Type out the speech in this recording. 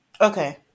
Okay